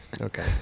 Okay